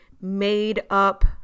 made-up